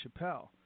Chappelle